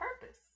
purpose